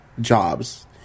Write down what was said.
jobs